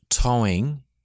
towing